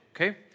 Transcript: okay